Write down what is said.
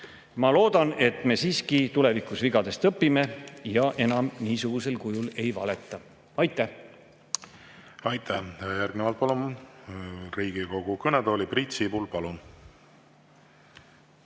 Ma loodan, et me siiski tulevikus vigadest õpime ja enam niisugusel kujul ei valeta. Aitäh! Aitäh! Järgnevalt palun Riigikogu kõnetooli Priit Sibula.